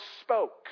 spoke